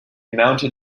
mounted